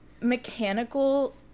mechanical